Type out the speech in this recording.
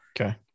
Okay